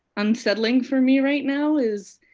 unsettling for me right now is,